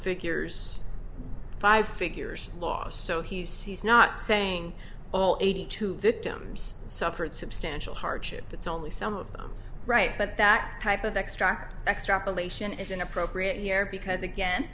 figures five figures lost so he's not saying all eighty two victims suffered substantial hardship that's only some of them right but that type of extra extrapolation is inappropriate here because again